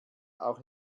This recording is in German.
auch